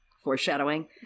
Foreshadowing